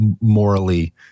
morally